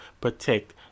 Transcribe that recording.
protect